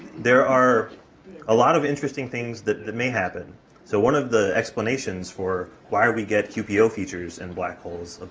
there are a lot of interesting things that that may happen so one of the explanations for why we get qpo features in black holes,